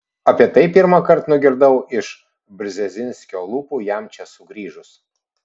apie tai pirmąkart nugirdau iš brzezinskio lūpų jam iš čia sugrįžus